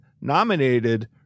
nominated